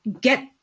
get